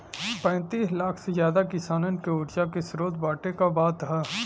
पैंतीस लाख से जादा किसानन के उर्जा के स्रोत बाँटे क बात ह